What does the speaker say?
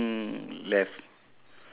there's a saying say shoot